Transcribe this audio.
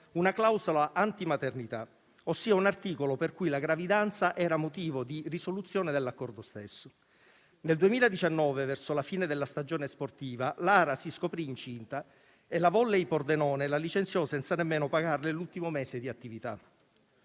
una clausola anti maternità, ossia un articolo per cui la gravidanza era motivo di risoluzione dell'accordo stesso. Nel 2019, verso la fine della stagione sportiva, Lara si scoprì incinta e la Volley Pordenone la licenziò, senza nemmeno pagarle l'ultimo mese di attività.